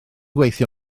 gweithio